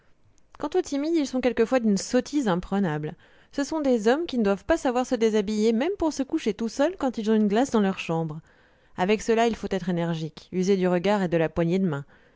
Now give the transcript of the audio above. quand aux timides ils sont quelquefois d'une sottise imprenable ce sont des hommes qui ne doivent pas savoir se déshabiller même pour se coucher tout seuls quand ils ont une glace dans leur chambre avec ceux-là il faut être énergique user du regard et de la poignée de main